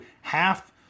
half